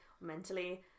mentally